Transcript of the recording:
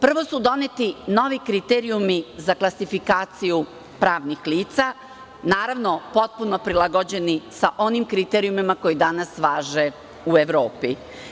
Prvo su doneti novi kriterijumi za klasifikaciju pravnih lica, naravno, potpuno prilagođeni onim kriterijumima koji danas važe u Evropi.